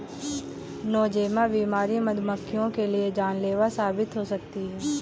Nosema बीमारी मधुमक्खियों के लिए जानलेवा साबित हो सकती है